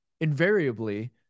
invariably